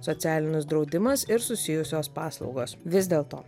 socialinis draudimas ir susijusios paslaugos vis dėl to